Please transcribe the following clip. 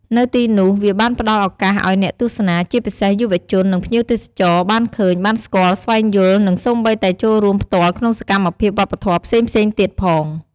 នៅទីនោះវាបានផ្តល់ឱកាសឲ្យអ្នកទស្សនា ជាពិសេសយុវជន និងភ្ញៀវទេសចរណ៍ បានឃើញ បានស្គាល់ ស្វែងយល់ និងសូម្បីតែចូលរួមផ្ទាល់ក្នុងសកម្មភាពវប្បធម៌ផ្សេងៗទៀតផង។